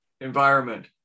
environment